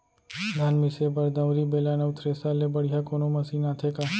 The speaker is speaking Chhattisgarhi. धान मिसे बर दंवरि, बेलन अऊ थ्रेसर ले बढ़िया कोनो मशीन आथे का?